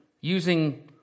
using